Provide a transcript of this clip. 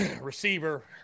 receiver